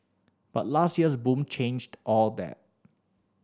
but last year's boom changed all that